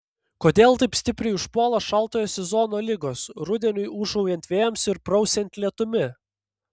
kodėl taip stipriai užpuola šaltojo sezono ligos rudeniui ūžaujant vėjams ir prausiant lietumi